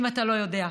אם אתה לא יודע,